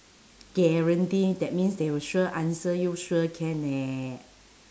guarantee that means they will sure answer you sure can leh